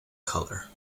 colour